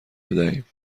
بدهیم